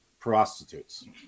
prostitutes